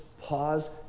Pause